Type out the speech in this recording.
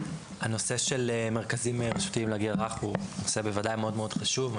הנושא של מרכזים רשותיים לגיל הרך הוא בוודאי נושא מאוד חשוב.